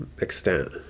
extent